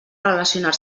relacionar